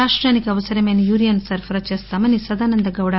రాష్టానికి అవసరమైన యూరియాను సరఫరా చేస్తామని సదానందగౌడ